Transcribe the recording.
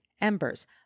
Embers